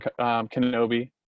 Kenobi